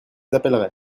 appellerai